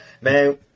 man